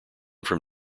from